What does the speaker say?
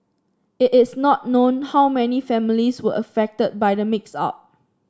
it is not known how many families were affected by the mix up